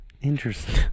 Interesting